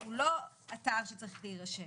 הוא לא אתר שצריך להירשם,